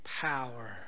power